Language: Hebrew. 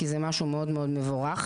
כי זה משהו מאוד מאוד מבורך.